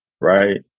right